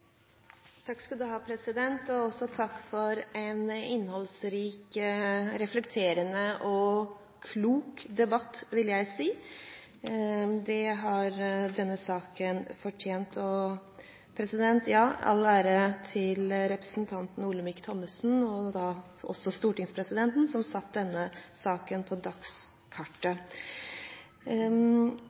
Takk for en innholdsrik, reflekterende og klok debatt, det har denne saken fortjent. All ære til representanten Olemic Thommessen – og da også stortingspresidenten – som satte denne saken på